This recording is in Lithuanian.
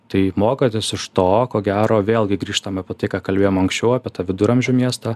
tai mokotės iš to ko gero vėlgi grįžtam apie tai ką kalbėjom anksčiau apie tą viduramžių miestą